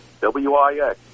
W-I-X